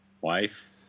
wife